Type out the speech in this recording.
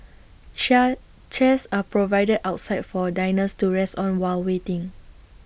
chair chairs are provided outside for diners to rest on while waiting